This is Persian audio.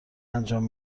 انجام